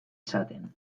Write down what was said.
izaten